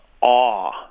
awe